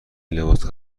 لباس